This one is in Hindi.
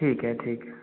ठीक है ठीक है